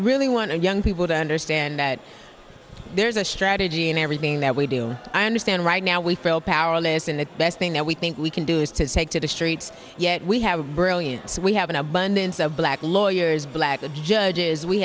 really want young people to understand that there's a strategy in everything that we do and i understand right now we feel powerless and the best thing that we think we can do is to take to the streets yet we have brilliance we have an abundance of black lawyers black the judges we